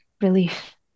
relief